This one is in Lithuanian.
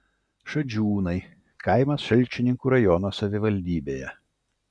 šadžiūnai kaimas šalčininkų rajono savivaldybėje